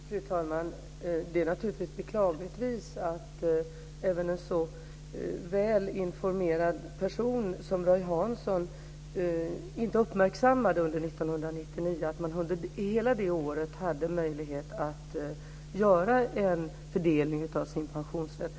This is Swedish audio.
Fru talman! Det är naturligtvis beklagligt att även en så väl informerad person som Roy Hansson inte uppmärksammade under 1999 att man under hela det året hade möjlighet att göra en fördelning av sin pensionsrätt.